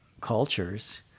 cultures